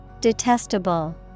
detestable